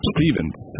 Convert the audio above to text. Stevens